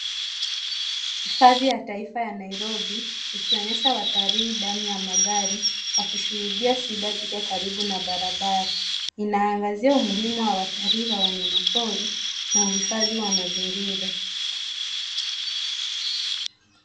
Hifadhi ya Taifa ya Nairobi inaonyesha watalii ndani ya magari wakishuhudia simba jike karibu na barabara. Inaangazia umuhimu wa watalii wa wanyamapori na uhifadhi wa mazingira.